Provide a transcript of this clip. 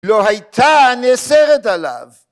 ‫לא הייתה נאסרת עליו.